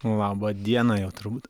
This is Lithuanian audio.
laba diena jau turbūt